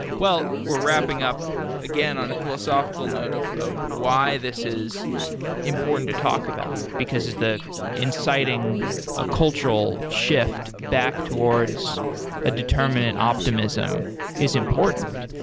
well, we're wrapping up again on a philosophical note of of why this is important to talk about, because the inciting a cultural shift back towards a determinate optimism is important,